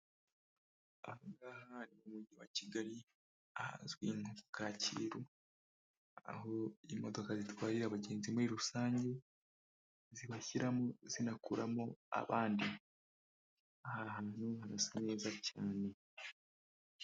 Aha ngaha ni mu mujyi wa Kigali ahazwi nko muri Kacyiru, aho imodoka zitwarira abagenzi muri rusange, zibashyiramo zinakuramo abandi. Aha hantu harasa neza cyane.